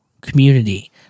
community